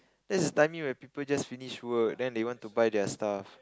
that's the timing where people just finish work then they want to buy their stuff